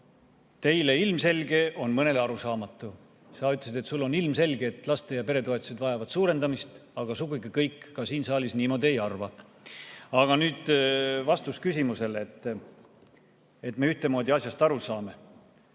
teile ilmselge, on mõnele arusaamatu. Sa ütlesid, et sulle on ilmselge, et laste‑ ja peretoetused vajavad suurendamist, aga sugugi kõik ka siin saalis niimoodi ei arva. Aga nüüd vastus küsimusele, et me ühtemoodi asjast aru saame.